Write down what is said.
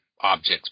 objects